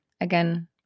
again